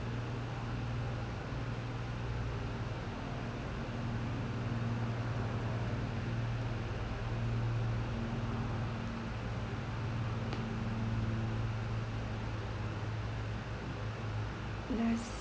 last